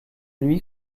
lui